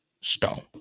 Stone